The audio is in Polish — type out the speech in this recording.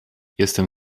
jestem